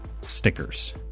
stickers